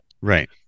Right